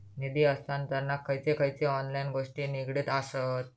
निधी हस्तांतरणाक खयचे खयचे ऑनलाइन गोष्टी निगडीत आसत?